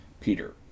Peter